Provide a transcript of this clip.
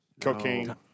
cocaine